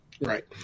Right